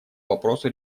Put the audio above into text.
вопросу